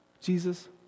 Jesus